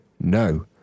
No